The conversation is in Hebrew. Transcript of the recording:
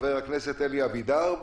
חבר הכנסת אלי אבידר,